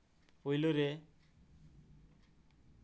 ᱯᱳᱭᱞᱳ ᱨᱮ